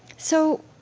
so